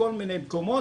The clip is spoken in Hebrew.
מכל מיני מקומות,